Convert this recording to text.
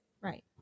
right